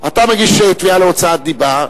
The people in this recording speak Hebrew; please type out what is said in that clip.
אתה מגיש תביעה על הוצאת דיבה,